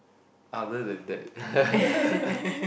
other than that